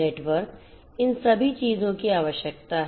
network इन सभी चीजों की आवश्यकता है